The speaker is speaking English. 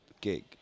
gig